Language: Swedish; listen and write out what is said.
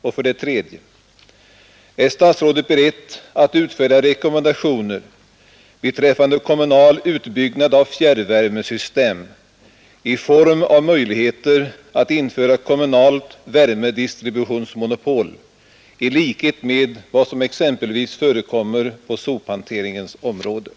Om så är fallet, anser herr statsrådet att de gällande säkerhetsföreskrifterna är tillfredsställande för att undvika risker för skadeverkningar av det slag som den i Danmark timade olyckan visar? de, är herr statsrådet beredd att föreslå sådana ändrade bestämmelser för de farliga transporterna att riskerna för skadeverkningar elimineras?